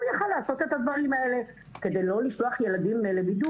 היה יכול לעשות את הדברים האלה כדי לא לשלוח ילדים לכיתות,